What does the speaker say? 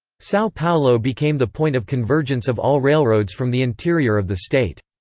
sao paulo became the point of convergence of all railroads from the interior of the state.